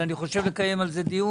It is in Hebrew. אבל אני חושב לקיים על זה דיון.